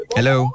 Hello